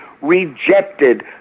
rejected